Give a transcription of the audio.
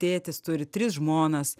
tėtis turi tris žmonas